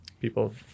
People